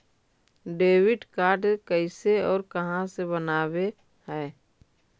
Debit card कैसे और कहां से बनाबे है?